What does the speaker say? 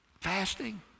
Fasting